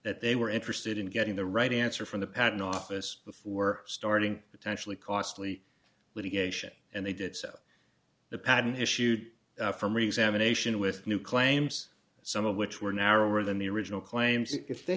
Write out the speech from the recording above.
that they were interested in getting the right answer from the patent office before starting potentially costly litigation and they did so the patent issued from resented nation with new claims some of which were narrower than the original claims if they